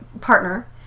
partner